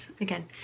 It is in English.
again